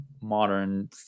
modern